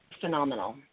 phenomenal